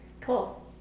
Cool